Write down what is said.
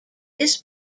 this